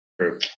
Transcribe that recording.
True